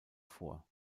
vor